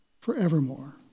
forevermore